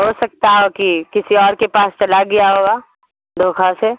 ہو سکتا ہو کہ کسی اور کے پاس چلا گیا ہوگا دھوکھا سے